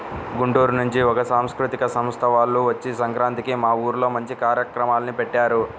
గుంటూరు నుంచి ఒక సాంస్కృతిక సంస్థ వాల్లు వచ్చి సంక్రాంతికి మా ఊర్లో మంచి కార్యక్రమాల్ని పెట్టారు